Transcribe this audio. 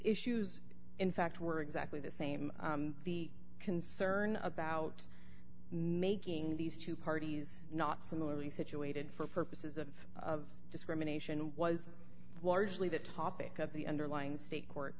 issues in fact were exactly the same the concern about making these two parties not similarly situated for purposes of discrimination was largely the topic of the underlying state court